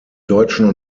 deutschen